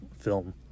film